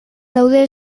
daude